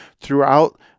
throughout